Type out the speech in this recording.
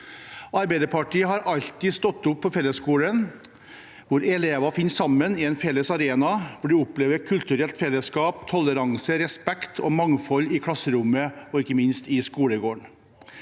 Arbeiderpartiet har alltid stått opp for fellesskolen, hvor elever finner sammen på en felles arena, og hvor de opplever kulturelt felleskap, toleranse, respekt og mangfold i klasserommet og ikke minst i skolegården.